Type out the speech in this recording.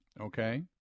okay